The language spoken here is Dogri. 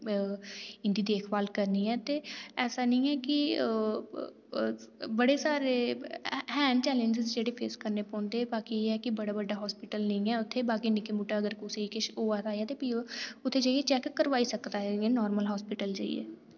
इं'दी देखभाल करनी ऐ ते ऐसा नेईं ऐ कि बड़े सारे हैन चैलेंजेस जेह्ड़े फेस करने पौंदे बाकी एह् ऐ कि बड़ा बड्डा हास्पिटल नेईं ऐ उत्थै बाकी निक्का मुट्टा अगर कुसै किश होआ दा ते फ्ही ओह् उत्थै जाइयै चैक करवाई सकदा ऐ इ'यां नार्मल हास्पिटल जाइयै